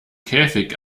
käfig